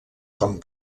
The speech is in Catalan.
com